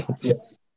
Yes